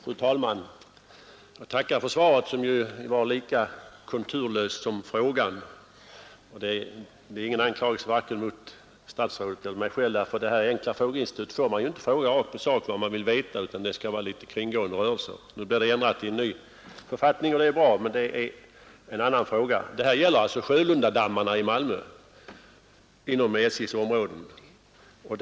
Fru talman! Jag tackar kommunikationsministern för svaret — som var ungefär lika konturlöst som frågan. Det är emellertid ingen anklagelse mot vare sig statsrådet eller mig själv, ty i riksdagens enkla frågeinstitut får man ju inte fråga rakt på sak om vad man vill veta, utan det skall vara litet kringgående rörelser. Den saken blir nu ändrad i en ny författning, och det är bra. Men det är en annan fråga. Här gällde det Sjölundadammarna i Malmö, som ligger inom SJ:s område.